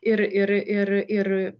ir ir ir ir